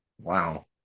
Wow